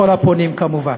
לכל הפונים, כמובן.